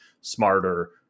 smarter